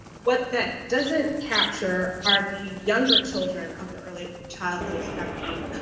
what that doesn't capture are the younger children of the early childhood spectrum,